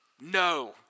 no